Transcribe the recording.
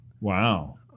Wow